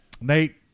Nate